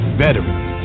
veterans